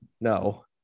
no